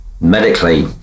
Medically